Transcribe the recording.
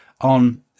on